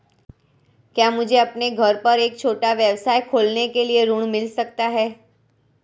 क्या मुझे अपने घर पर एक छोटा व्यवसाय खोलने के लिए ऋण मिल सकता है?